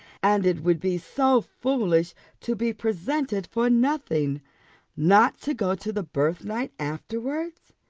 and it would be so foolish to be presented for nothing not to go to the birthnight afterwards.